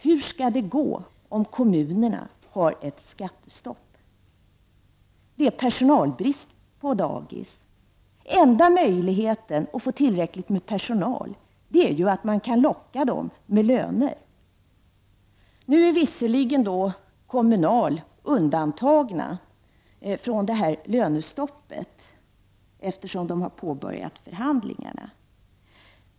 Hur skall det gå med ett skattestopp i kommunerna? Det är personalbrist på dagis. Den enda möjligheten att få tillräckligt med personal är att man kan locka med löner. Nu är Kommunal visserligen undantaget från lönestoppet, eftersom Kommunal har påbörjat förhandlingar.